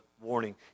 warning